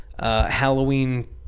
Halloween